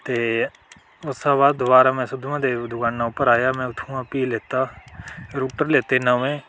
ते उस्सै बाद में दबारा सुद्ध महादेव दकानै उप्पर आया में उत्थुआं फ्ही लेता रुटर लेते नमें